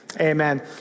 Amen